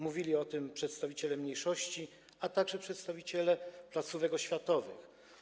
Mówili o tym przedstawiciele mniejszości, a także przedstawiciele placówek oświatowych.